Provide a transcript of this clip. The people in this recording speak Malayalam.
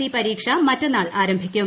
സി പരീക്ഷ മറ്റന്നാൾ ആരംഭിക്കും